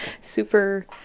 Super